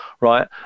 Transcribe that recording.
right